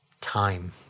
Time